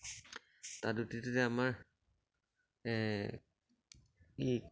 তাত উটি উটি যায় আমাৰ এই এই